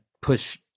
push